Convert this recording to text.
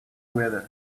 weather